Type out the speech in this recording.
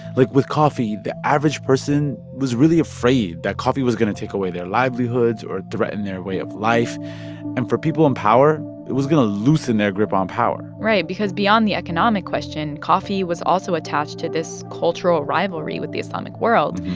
like with coffee, the average person was really afraid that coffee was going to take away their livelihoods or threaten their way of life. and for people in power, it was going to loosen their grip on um power right, because beyond the economic question, coffee was also attached to this cultural rivalry with the islamic world.